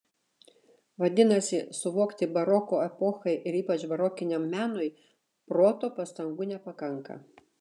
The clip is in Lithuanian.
vadinasi suvokti baroko epochai ir ypač barokiniam menui proto pastangų nepakanka